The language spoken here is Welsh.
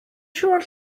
siŵr